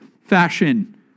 fashion